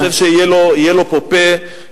אני חושב שיהיה לו פה פה להשיב.